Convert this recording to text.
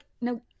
no